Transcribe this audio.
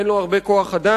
אין לו הרבה כוח-אדם.